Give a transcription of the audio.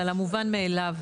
על המובן מאליו.